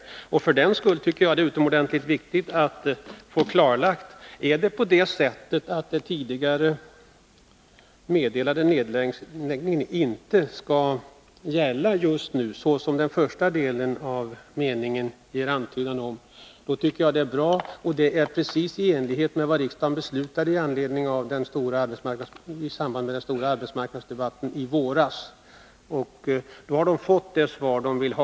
För den skull tycker jag det är utomordentligt viktigt att få klarlagt hur det förhåller sig. Är det på det sättet att den tidigare meddelade nedläggningen inte skall gälla just nu, såsom den första delen av meningen ger antydan om, då tycker jag det är bra. Det är precis i enlighet med vad riksdagen beslutade i samband med den stora arbetsmarknadspolitiska debatten i våras. Då har de berörda fått det svar de vill ha.